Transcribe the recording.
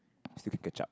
still can catch up